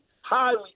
highly